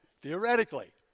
theoretically